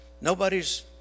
nobody's